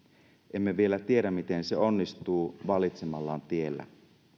emme vielä tiedä miten se onnistuu valitsemallaan tiellä